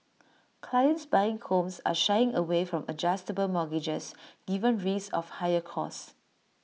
clients buying homes are shying away from adjustable mortgages given risks of higher costs